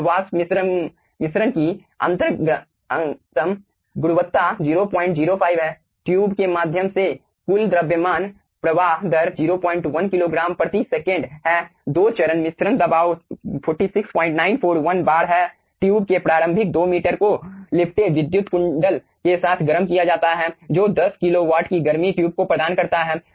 जल वाष्प मिश्रण की अंतर्गतम गुणवत्ता 005 है ट्यूब के माध्यम से कुल द्रव्यमान प्रवाह दर 01 किलोग्राम प्रति सेकंड है 2 चरण मिश्रण दबाव 46941 बार है ट्यूब के प्रारंभिक 2 मीटर को लिपटे विद्युत कुंडल के साथ गरम किया जाता है जो 10 किलो वॉट की गर्मी ट्यूब को प्रदान करता है